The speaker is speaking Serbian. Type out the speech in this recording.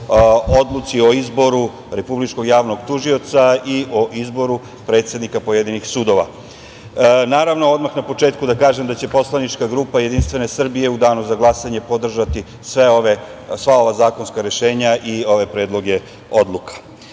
Odluci o izboru Republičkog javnog tužioca i o izboru predsednika pojedinih sudova. Naravno, odmah na početku da kažem da će poslanička grupa JS u danu za glasanje podržati sva ova zakonska rešenja i ove predloge odluka. Zakon